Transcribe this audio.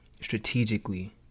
strategically